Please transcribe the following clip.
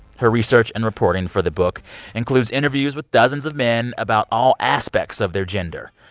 her research and reporting for the book includes interviews with dozens of men about all aspects of their gender.